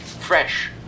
fresh